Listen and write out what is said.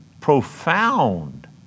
profound